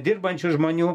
dirbančių žmonių